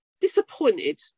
disappointed